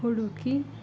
ಹುಡುಕಿ